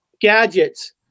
gadgets